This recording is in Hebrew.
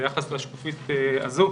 ביחס לשקופית הזאת,